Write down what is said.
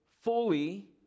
fully